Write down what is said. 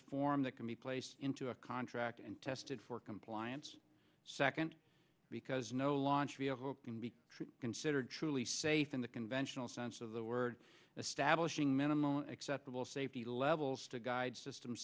form that can be placed into a contract and tested for compliance second because no launch vehicle can be considered truly safe in the conventional sense of the word establishing minimal acceptable safety levels to guide system